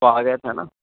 تو آ گیا تھا نا